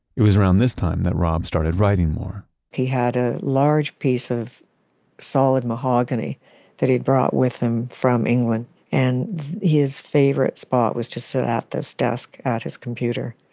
it was around this time that rob started writing more he had a large piece of solid mahogany that he'd brought with him from england and his favorite spot was to sit so at this desk at his computer.